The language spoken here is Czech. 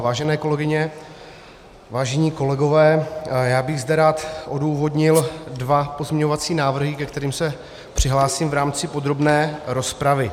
Vážené kolegyně, vážení kolegové, já bych zde rád odůvodnil dva pozměňovací návrhy, ke kterým se přihlásím v rámci podrobné rozpravy.